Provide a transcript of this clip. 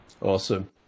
Awesome